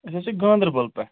أسۍ حظ چھِ گانٛدربَل پٮ۪ٹھ